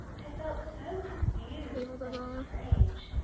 i felt so confused and strange.